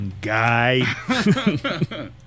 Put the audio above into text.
guy